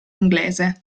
inglese